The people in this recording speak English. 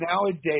nowadays